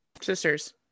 sisters